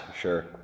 Sure